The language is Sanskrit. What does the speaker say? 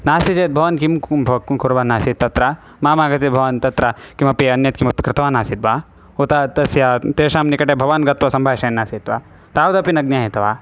नास्ति चेत् भवान् किं कुं भो कुं कुर्वन्नासीत् तत्र मामागत्य भवान् तत्र किमपि अन्यत् किमपि कृतवानासीद् वा उत तस्य तेषां निकटे भवान् गत्वा सम्भाषयन् आसीत् वा तावदपि न ज्ञायते वा